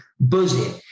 buzzing